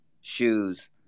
shoes